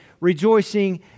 rejoicing